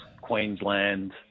Queensland